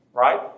Right